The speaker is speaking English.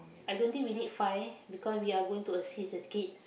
I don't think we need five because we are going to assist the kids